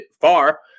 far